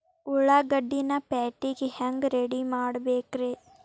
ಉಳ್ಳಾಗಡ್ಡಿನ ಪ್ಯಾಟಿಗೆ ಹ್ಯಾಂಗ ರೆಡಿಮಾಡಬೇಕ್ರೇ?